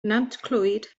nantclwyd